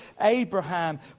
Abraham